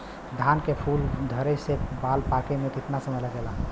धान के फूल धरे से बाल पाके में कितना समय लागेला?